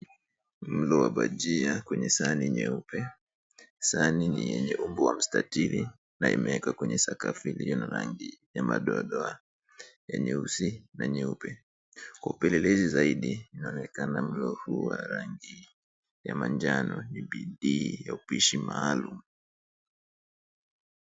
Mlo wa bajia kwenye sahani nyeupe. Sahani ni yenye umbo wa mstatili na imewekwa kwenye sakafu ilio na rangi ya madoadoa ya nyeusi na nyeupe. Kwa upelelezi zaidi yaonekana mlo huu wa rangi ya manjano ni bidii ya upishi maalum.